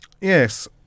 yes